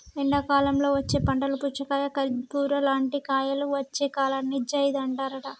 ఎండాకాలంలో వచ్చే పంటలు పుచ్చకాయ కర్బుజా లాంటి కాయలు వచ్చే కాలాన్ని జైద్ అంటారట